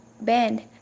band